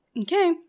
Okay